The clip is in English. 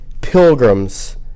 pilgrims